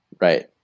Right